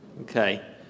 Okay